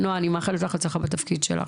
נועה, אני מאחלת לך הצלחה בתפקיד שלך.